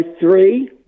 three